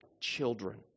children